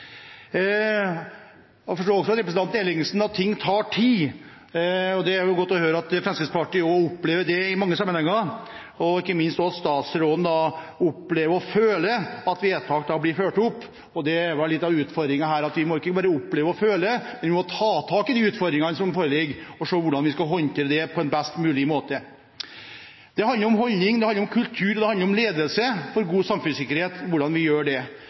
Jeg forstår også på representanten Ellingsen at ting tar tid. Det er godt å høre at også Fremskrittspartiet opplever det i mange sammenhenger, og ikke minst at statsråden opplever og føler at vedtak blir fulgt opp. Men det er vel litt av utfordringen her: Vi må ikke bare oppleve og føle, vi må også ta tak i de utfordringene som foreligger, og se hvordan vi skal håndtere dem på en best mulig måte. God samfunnssikkerhet handler om holdninger, kultur og ledelse. Da er det viktig at både Stortingets vedtak og regjeringens arbeid blir fulgt opp i alle underliggende etater, slik at vi sørger for